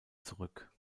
zurück